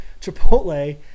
Chipotle –